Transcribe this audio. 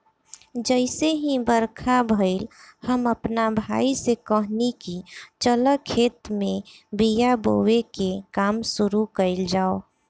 जइसे ही बरखा भईल, हम आपना भाई से कहनी की चल खेत में बिया बोवे के काम शुरू कईल जाव